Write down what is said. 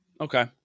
Okay